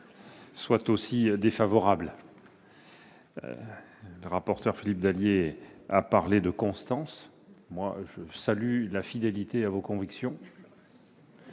votre amendement. Le rapporteur Philippe Dallier a parlé de constance. Moi, je salue la fidélité à vos convictions.